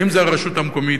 האם הרשות המקומית,